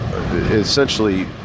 essentially